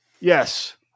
yes